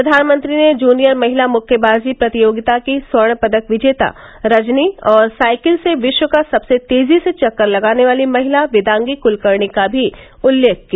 प्रधानमंत्री ने जूनियर महिला मुक्केबाजी प्रतियोगिता की स्वर्ण पदक विजेता रजनी और साइकिल से विश्व का सबसे तेजी से चक्कर लगाने वाली महिला वेदांगी कुलकर्णी का भी उल्लेख किया